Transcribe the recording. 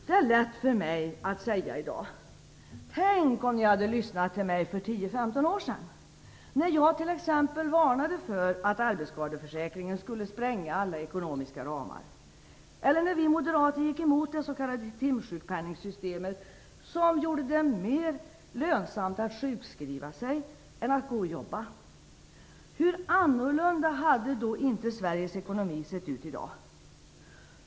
Det är lätt för mig att säga i dag: Tänk om ni hade lyssnat till mig för 10-15 år sedan, när jag t.ex. varnade för att arbetsskadeförsäkringen skulle spränga alla ekonomiska ramar eller när vi moderater gick emot det s.k. timsjukpenningssystemet som gjorde det mer lönsamt att sjukskriva sig än att gå och jobba! Hur annorlunda hade inte Sveriges ekonomi sett ut i dag!